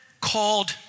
called